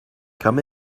come